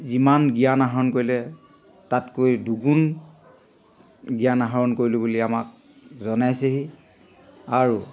যিমান জ্ঞান আহৰণ কৰিলে তাতকৈ দুগুণ জ্ঞান আহৰণ কৰিলোঁ বুলি আমাক জনাইছেহি আৰু